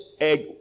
egg